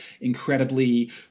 incredibly